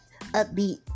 upbeat